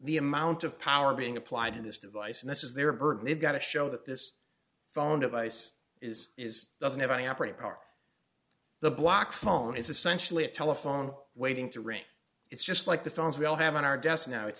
the amount of power being applied in this device and this is their burden they've got to show that this phone device is is doesn't have an operative power the block phone is essentially a telephone waiting to ring it's just like the phones we all have on our desk now it's